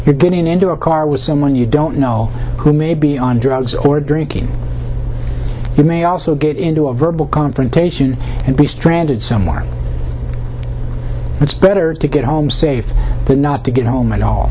getting into a car with someone you don't know who may be on drugs or drinking you may also get into a verbal confrontation and be stranded somewhere it's better to get home safe than not to get home and all